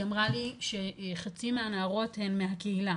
היא אמרה לי שחצי מהנערות הן מהקהילה.